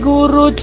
Guru